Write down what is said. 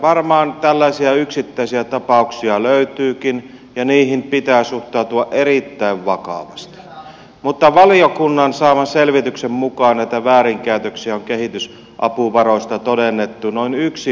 varmaan tällaisia yksittäisiä tapauksia löytyykin ja niihin pitää suhtautua erittäin vakavasti mutta valiokunnan saaman selvityksen mukaan näitä väärinkäytöksiä on kehitysapuvaroista todennettu noin yksi prosentti